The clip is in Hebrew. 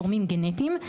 גורמים גנטיים,